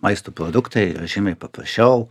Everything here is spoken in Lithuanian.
maisto produktai yra žymiai paprasčiau